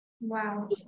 Wow